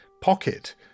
pocket